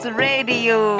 radio